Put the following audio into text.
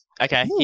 okay